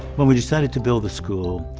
when we decided to build the school,